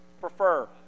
prefer